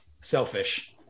selfish